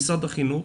משרד החינוך.